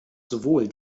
sowohl